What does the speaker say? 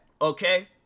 okay